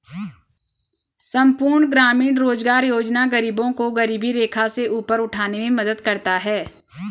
संपूर्ण ग्रामीण रोजगार योजना गरीबों को गरीबी रेखा से ऊपर उठाने में मदद करता है